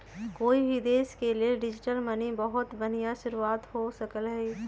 कोई भी देश के लेल डिजिटल मनी बहुत बनिहा शुरुआत हो सकलई ह